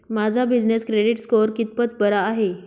माझा business credit score कितपत बरा आहे?